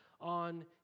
on